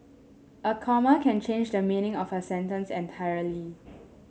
a comma can change the meaning of a sentence entirely